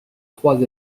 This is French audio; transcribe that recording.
trois